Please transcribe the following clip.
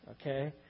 okay